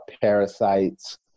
parasites